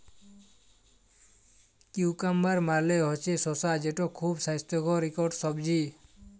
cucumber মালে হছে শসা যেট খুব স্বাস্থ্যকর ইকট সবজি